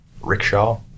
rickshaw